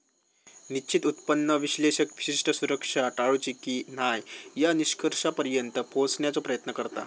निश्चित उत्पन्न विश्लेषक विशिष्ट सुरक्षा टाळूची की न्हाय या निष्कर्षापर्यंत पोहोचण्याचो प्रयत्न करता